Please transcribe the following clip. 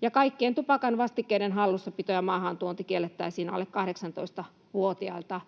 sähkötupakan — hallussapito ja maahantuonti kiellettäisiin alle 18-vuotiailta.